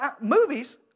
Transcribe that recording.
Movies